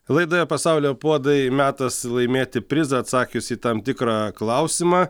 laidoje pasaulio puodai metas laimėti prizą atsakiusi į tam tikrą klausimą